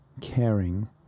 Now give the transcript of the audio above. caring